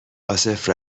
عاصف